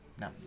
No